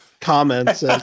comments